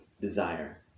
desire